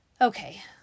Okay